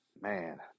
Man